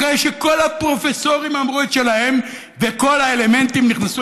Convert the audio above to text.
אחרי שכל הפרופסורים אמרו את שלהם וכל האלמנטים נכנסו